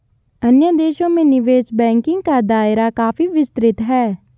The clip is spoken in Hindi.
अन्य देशों में निवेश बैंकिंग का दायरा काफी विस्तृत है